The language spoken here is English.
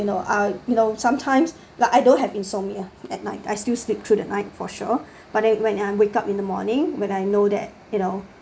you know I you know sometimes like I don't have insomnia at night I still sleep through the night for sure but then when I wake up in the morning when I know that you know